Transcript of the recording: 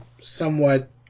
somewhat